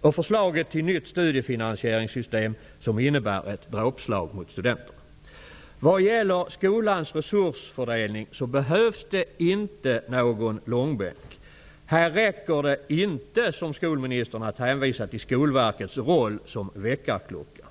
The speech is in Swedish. och förslaget till nytt studiefinansieringssystem, som innebär ett dråpslag mot studenterna. Vad gäller skolans resursfördelning behövs inte någon långbänk. Här räcker det inte att som skolministern hänvisa till Skolverkets roll som väckarklocka.